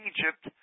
Egypt